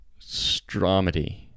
Stromedy